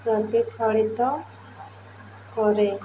ପ୍ରତିଫଳିତ କରେ